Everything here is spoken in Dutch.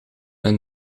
een